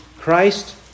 Christ